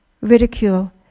ridicule